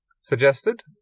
suggested